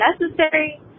necessary